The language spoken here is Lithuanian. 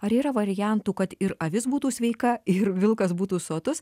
ar yra variantų kad ir avis būtų sveika ir vilkas būtų sotus